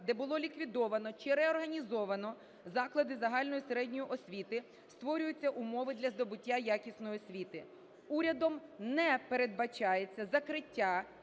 де було ліквідовано чи реорганізовано заклади загальної і середньої освіти створюються умови для здобуття якісної освіти. Урядом не передбачається закриття